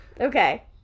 okay